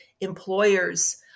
employers